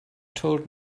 told